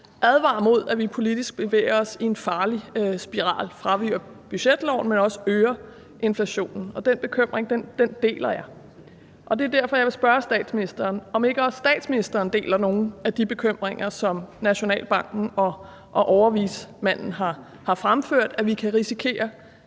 advarer mod, at vi politisk bevæger os i en farlig spiral, fraviger budgetloven, men også øger inflationen. Og den bekymring deler jeg, og det er derfor, jeg vil spørge statsministeren, om ikke også statsministeren deler nogle af de bekymringer, som Nationalbanken og overvismanden har fremført om, at vi kan risikere